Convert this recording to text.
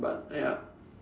but uh yup